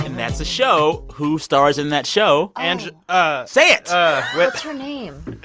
that's a show. who stars in that show? and ah say it what's her name?